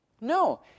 No